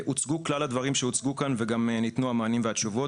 הוצגו כלל הדברים שהוצגו כאן וגם ניתנו המענים והתשובות.